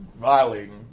violating